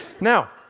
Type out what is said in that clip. Now